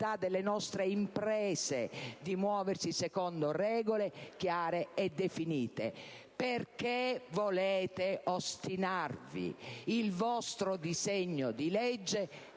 delle nostre imprese di muoversi secondo regole chiare e definite. Perché volete ostinarvi? Il vostro disegno di legge